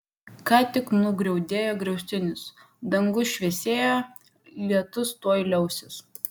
ką tik nugriaudėjo griaustinis dangus šviesėja lietus tuoj liausis